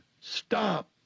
stop